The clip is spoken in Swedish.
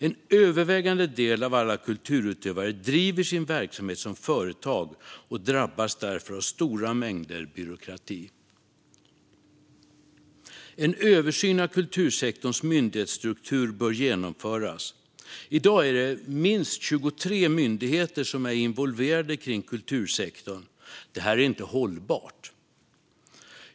En övervägande del av alla kulturutövare driver sin verksamhet som företag och drabbas därför av stora mängder byråkrati. En översyn av kultursektorns myndighetsstruktur bör genomföras. I dag är det minst 23 myndigheter som är involverade när det gäller kultursektorn. Detta är inte hållbart!